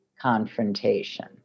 confrontation